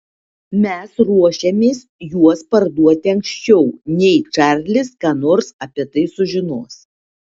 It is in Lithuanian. mes ruošiamės juos parduoti anksčiau nei čarlis ką nors apie tai sužinos